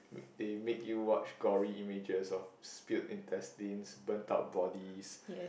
wait they make you watch gory images of spilled intestines burnt out bodies